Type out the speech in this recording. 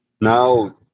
now